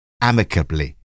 amicably